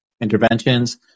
interventions